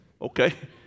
Okay